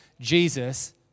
Jesus